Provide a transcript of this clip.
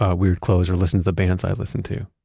ah weird clothes or listened to the bands i listened to.